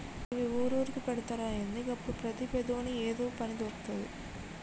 గివ్వి ఊరూరుకు పెడ్తరా ఏంది? గప్పుడు ప్రతి పేదోని ఏదో పని దొర్కుతది